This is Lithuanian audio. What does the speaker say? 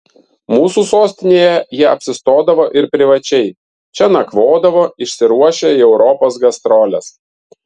mūsų sostinėje jie apsistodavo ir privačiai čia nakvodavo išsiruošę į europos gastroles